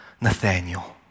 Nathaniel